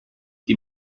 die